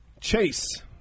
Chase